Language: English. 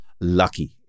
lucky